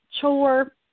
chore